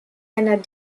einer